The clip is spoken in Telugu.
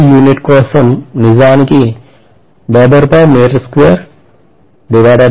యొక్క యూనిట్ కోసం నిజానికి నేను వ్రాయవచ్చు